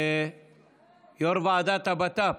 יו"ר ועדת הבט"פ,